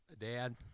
Dad